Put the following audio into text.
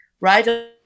right